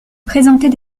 présentait